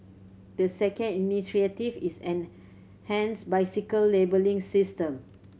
the second initiative is an bicycle labelling system